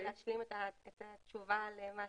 להשלים את התשובה למה